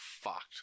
fucked